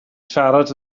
siarad